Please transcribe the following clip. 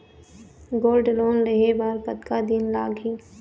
Gold loan लेहे बर कतका दिन लगही?